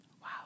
Wow